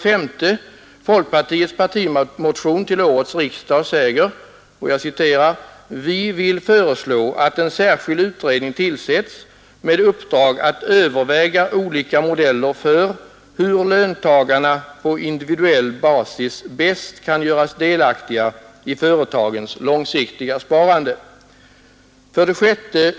I folkpartiets partimotion till årets riksdag sägs: ”Vi vill föreslå att en särskild utredning tillsätts med uppdrag att överväga olika modeller för hur löntagarna på individuell basis bäst kan göras delaktiga i företagens långsiktiga sparande.” 6.